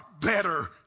better